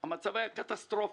המצב היה קטסטרופה.